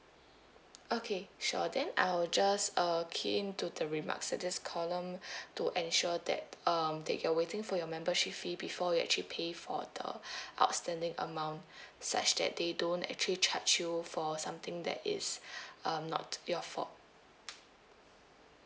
okay sure then I'll just uh key in to the remarks at this column to ensure that um that you're waiting for your membership fee before you actually pay for the outstanding amount such that they don't actually charge you for something that is um not your fault